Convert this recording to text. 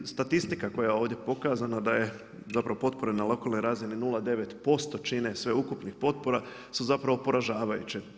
Evo, statistika koja je ovdje pokazana, da je zapravo potpora na lokalnoj razini 0,9% čine sveukupnih potpora, su zapravo poražavajuće.